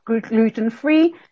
gluten-free